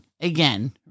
again